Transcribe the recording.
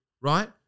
right